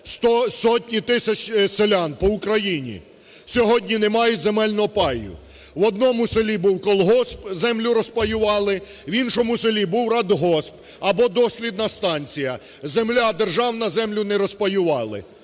Сотні тисяч селян по Україні сьогодні не мають земельного паю: в одному селі був колгосп, землю розпаювали, в іншому селі був радгосп або дослідна станція. Земля державна, землю не розпаювали.